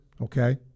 okay